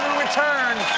return,